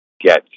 get